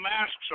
masks